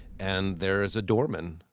and there's a doorman.